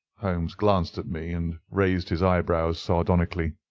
holmes glanced at me and raised his eyebrows sardonically.